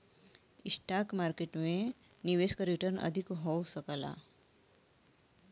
stock market में निवेश क रीटर्न अधिक हो सकला